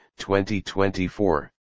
2024